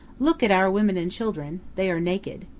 look at our women and children they are naked.